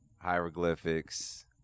Hieroglyphics